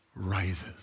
rises